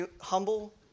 humble